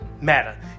matter